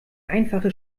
einfache